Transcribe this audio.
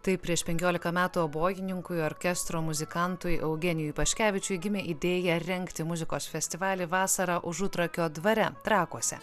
taip prieš penkiolika metų obojininkui orkestro muzikantui eugenijui paškevičiui gimė idėja rengti muzikos festivalį vasarą užutrakio dvare trakuose